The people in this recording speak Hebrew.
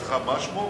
סליחה, מה שמו?